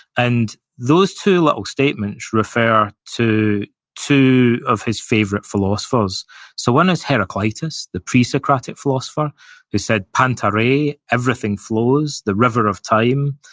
and those two little statements refer to two of his favorite philosophers so, one is heraclitus, the pre-socratic philosopher who said panta rei, everything flows, the river of time.